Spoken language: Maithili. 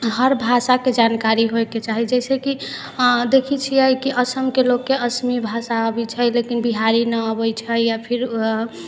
हर भाषाके जानकारी होइके चाही जैसे कि देखै छियै कि असमके लोकके असमी भाषा अबै छै लेकिन बिहारी नहि अबै छै या फिर